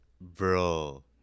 bro